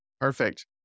Perfect